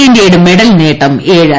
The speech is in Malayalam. ഇന്ത്യയുടെ മെഡൽ നേട്ടം ഏഴായി